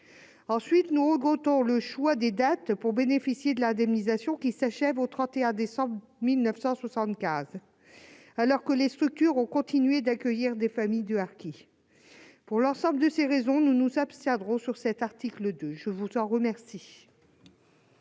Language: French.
Ensuite, nous regrettons le choix de la date limite pour bénéficier de l'indemnisation, à savoir le 31 décembre 1975, alors que les structures ont continué d'accueillir des familles de harkis. Pour l'ensemble de ces raisons, nous nous abstiendrons sur cet article 2. La parole est à M.